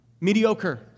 mediocre